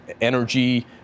energy